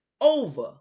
over